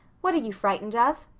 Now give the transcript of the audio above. what are you frightened of?